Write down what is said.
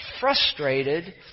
frustrated